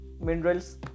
minerals